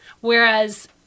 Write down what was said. Whereas